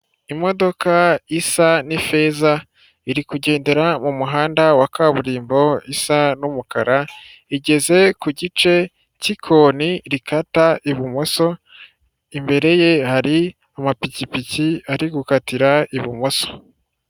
Imodoka isa n'ifeza iri kugendera mu muhanda wa kaburimbo isa n'umukara ,igeze ku gice cy'ikoni rikata ibumoso imbere ye hari amapikipiki ari gukatira ibumoso.